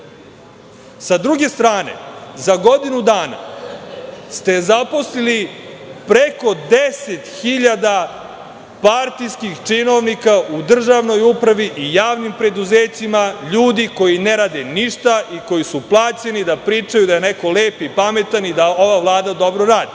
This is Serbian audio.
druge strane, za godinu dana ste zaposlili preko 10 hiljada partijskih činovnika u državnoj upravi i javnim preduzećima, ljudi koji ne rade ništa i koji su plaćeni da pričaju da je neko lep i pametan i da ova Vlada dobro radi,